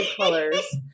colors